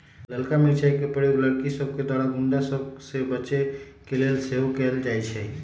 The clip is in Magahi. ललका मिरचाइ के प्रयोग लड़कि सभके द्वारा गुण्डा सभ से बचे के लेल सेहो कएल जाइ छइ